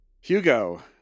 Hugo